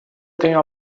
tenho